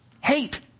hate